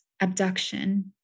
abduction